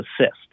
assist